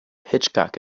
hitchcock